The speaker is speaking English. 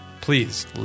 please